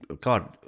God